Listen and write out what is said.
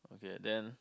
K then